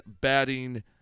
batting